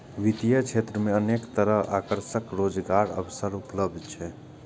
वित्तीय क्षेत्र मे अनेक तरहक आकर्षक रोजगारक अवसर उपलब्ध छै